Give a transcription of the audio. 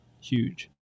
Huge